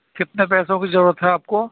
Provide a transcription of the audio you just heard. کتنے پیسوں کی ضرورت ہے آپ کو